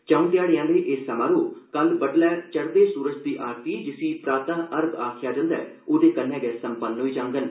चैं ध्याड़ें आहले एह् समारोह कल बड्डलै चढ़दे सूरज दी आरती जिसी 'प्रातः अर्घ' आखेआ जंदा ऐ ओहदे कन्नै गै संपन्न होई जाडन